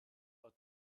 but